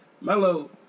Mellow